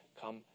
come